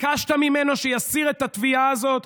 ביקשת ממנו שיסיר את התביעה הזאת?